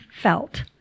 felt